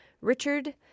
Richard